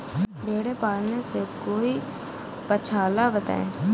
भेड़े पालने से कोई पक्षाला बताएं?